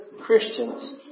Christians